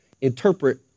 interpret